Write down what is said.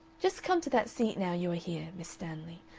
just come to that seat now you are here, miss stanley,